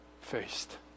faced